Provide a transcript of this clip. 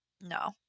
no